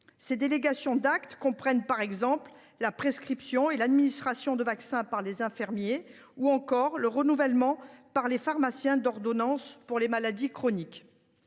Ces délégations d’actes comprennent, par exemple, la prescription et l’administration de vaccins par les infirmiers, ou encore le renouvellement, par les pharmaciens, d’ordonnances pour les maladies chroniques.